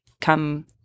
come